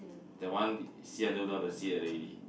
that one see until I don't want to see already